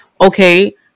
okay